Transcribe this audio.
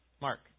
Mark